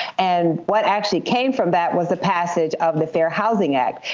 and what actually came from that was the passage of the fair housing act.